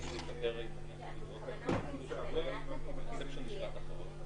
אני רוצה להגן על מוסד השאילתות.